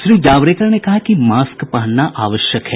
श्री जावडेकर ने कहा कि मास्क पहनना आवश्यक है